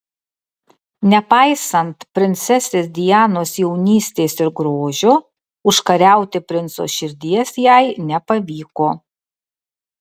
nepaisant princesės dianos jaunystės ir grožio užkariauti princo širdies jai nepavyko